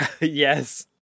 Yes